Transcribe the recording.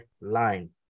line